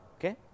Okay